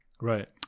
Right